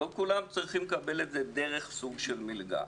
לא כולם צריכים לקבל את זה דרך סוג של מלגה.